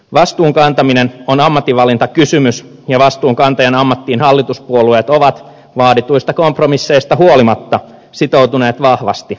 vastuun kantaminen on ammatinvalintakysymys ja vastuunkantajan ammattiin hallituspuolueet ovat vaadituista kompromisseista huolimatta sitoutuneet vahvasti